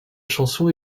chanson